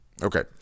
Okay